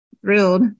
thrilled